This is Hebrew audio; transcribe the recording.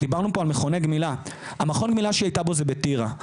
מכון הגמילה שהיא הייתה בו הוא בטירה.